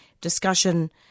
discussion